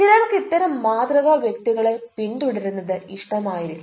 ചിലർക്ക് ഇത്തരം മാതൃക വ്യക്തികളെ പിന്തുടരുന്നത് ഇഷ്ട്ടം ആയിരിക്കും